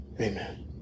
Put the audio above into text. amen